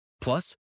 Plus